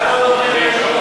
כמה דוברים יש,